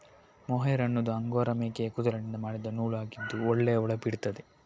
mohair ಅನ್ನುದು angora ಮೇಕೆಯ ಕೂದಲಿನಿಂದ ಮಾಡಿದ ನೂಲು ಆಗಿದ್ದು ಒಳ್ಳೆ ಹೊಳಪಿರ್ತದೆ